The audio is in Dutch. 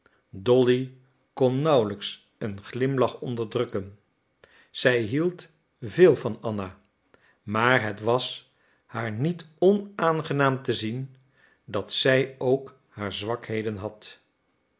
dolly kon nauwelijks een glimlach onderdrukken zij hield veel van anna maar het was haar niet onaangenaam te zien dat zij ook haar zwakheden had